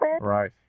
Right